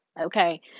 okay